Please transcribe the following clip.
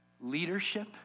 Leadership